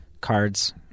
cards